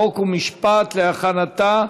חוק ומשפט נתקבלה.